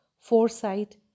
foresight